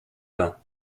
bains